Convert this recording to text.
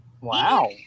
Wow